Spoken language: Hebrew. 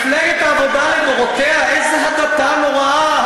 מפלגת העבודה לדורותיה, איזו הדתה נוראה.